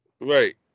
Right